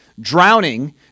Drowning